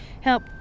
help